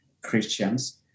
Christians